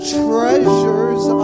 treasures